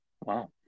Wow